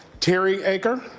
terry ekar,